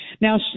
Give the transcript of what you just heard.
now